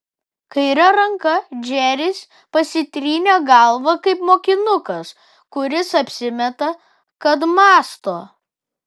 kaire ranka džeris pasitrynė galvą kaip mokinukas kuris apsimeta kad mąsto